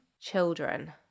Children